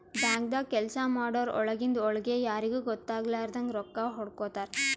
ಬ್ಯಾಂಕ್ದಾಗ್ ಕೆಲ್ಸ ಮಾಡೋರು ಒಳಗಿಂದ್ ಒಳ್ಗೆ ಯಾರಿಗೂ ಗೊತ್ತಾಗಲಾರದಂಗ್ ರೊಕ್ಕಾ ಹೊಡ್ಕೋತಾರ್